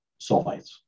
sulfites